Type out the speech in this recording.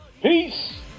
Peace